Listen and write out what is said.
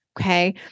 Okay